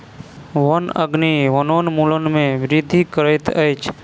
वन अग्नि वनोन्मूलन में वृद्धि करैत अछि